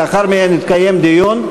לאחר מכן יתקיים דיון.